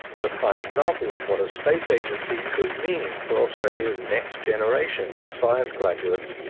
and a prime example of what a space agency could mean for australia's next generation of science graduates.